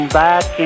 back